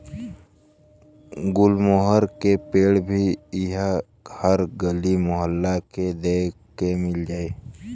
गुलमोहर के पेड़ भी इहा हर गली मोहल्ला में देखे के मिल जाई